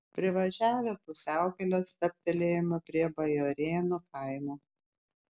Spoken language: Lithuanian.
privažiavę pusiaukelę stabtelėjome prie bajorėnų kaimo